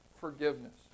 forgiveness